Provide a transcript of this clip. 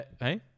Hey